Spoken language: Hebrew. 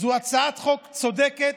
זו הצעת חוק צודקת,